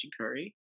Curry